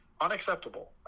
unacceptable